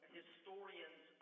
historians